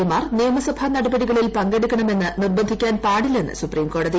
A മാർ നിയമസഭാ നടപടികളിൽ പങ്കെടുക്കണമെന്ന് നിർബന്ധിക്കാൻ പാടില്ലെന്ന് സുപ്രീംകോടതി